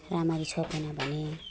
राम्ररी छोपेन भने